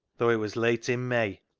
though it was late in may.